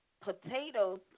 potatoes